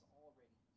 already